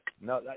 No